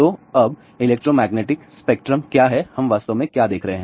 तो अब electromagnetic spectrum क्या है हम वास्तव में क्या देख रहे हैं